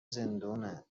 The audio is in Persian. زندونه